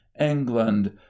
england